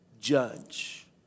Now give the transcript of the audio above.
judge